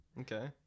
Okay